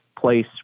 place